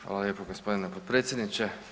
Hvala lijepo gospodine potpredsjedniče.